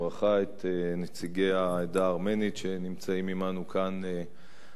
נציגי העדה הארמנית שנמצאים עמנו כאן בכנסת,